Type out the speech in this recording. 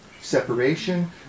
Separation